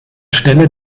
stelle